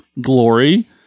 glory –